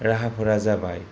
राहाफोरा जाबाय